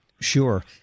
Sure